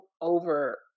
over